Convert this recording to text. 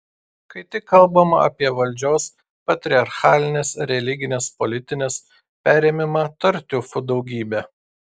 kai tik kalbama apie valdžios patriarchalinės religinės politinės perėmimą tartiufų daugybė